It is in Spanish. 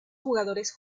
jugadores